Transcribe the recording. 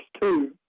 two